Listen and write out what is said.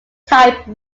type